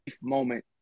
moment